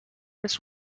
this